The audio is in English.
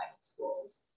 schools